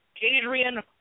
Adrian